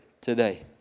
today